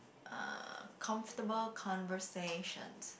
uh comfortable conversation